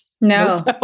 No